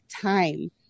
time